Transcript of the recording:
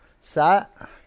Sat